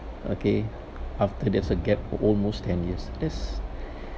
okay after there's a gap for almost ten years that's